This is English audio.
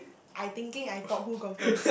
I thinking I thought who confirm